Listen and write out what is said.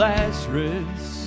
Lazarus